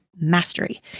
mastery